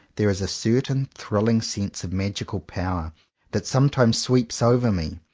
there is a certain thrilling sense of magical power that sometimes sweeps over me,